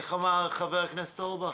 איך אמר חבר הכנסת אורבך?